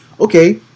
Okay